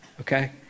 okay